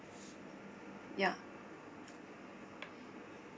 ya